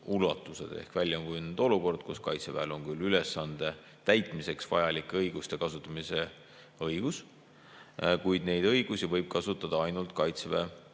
ulatuses ehk välja on kujunenud olukord, kus Kaitseväel on küll ülesande täitmiseks vajalike õiguste kasutamise õigus, kuid neid õigusi võib kasutada ainult kaitseväeluure